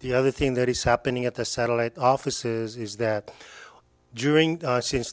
the other thing that is happening at the satellite offices is that during the since